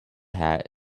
hat